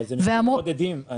אבל אלה מקרים בודדים.